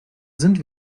sind